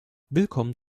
willkommen